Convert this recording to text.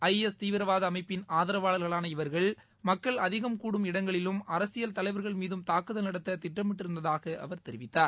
IS தீவிரவாத அமைப்பின் ஆதரவாளர்களான இவர்கள் மக்கள் அதிகம் கூடும் இடங்களிலும் அரசியல் தலைவர்கள் மீதும் தாக்குதல் நடத்த திட்டமிட்டிருந்ததாக அவர் தெரிவித்தார்